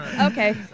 Okay